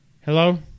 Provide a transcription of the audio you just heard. Hello